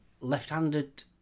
left-handed